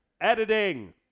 editing